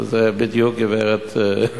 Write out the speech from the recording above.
שזה בדיוק גברת,